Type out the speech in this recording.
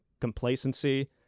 complacency